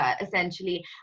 essentially